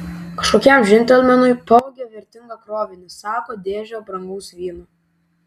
kažkokiam džentelmenui pavogė vertingą krovinį sako dėžę brangaus vyno